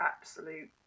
absolute